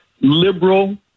liberal